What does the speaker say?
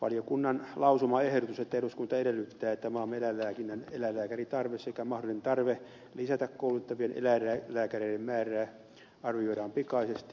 valiokunnan lausumaehdotus eduskunta edellyttää että maamme eläinlääkinnän eläinlääkäritarve sekä mahdollinen tarve lisätä koulutettavien eläinlääkäreiden määrää arvioidaan pikaisesti on tarpeellinen